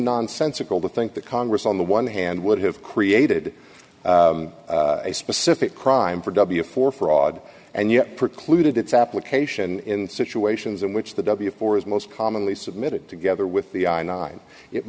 nonsensical to think that congress on the one hand would have created a specific crime for w for fraud and yet precluded its application in situations in which the w four is most commonly submitted together with the i nine it